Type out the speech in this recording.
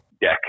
deck